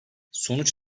sonuç